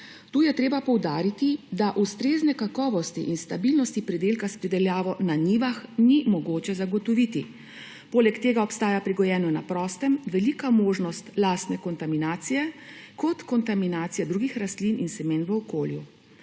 Tukaj je treba poudariti, da ustrezne kakovosti in stabilnosti pridelka s pridelavo na njivah ni mogoče zagotoviti. Poleg tega obstaja pri gojenju na prostem velika možnost lastne kontaminacije ter kontaminacije drugih rastlin in semen v okolju.